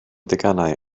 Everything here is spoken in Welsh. deganau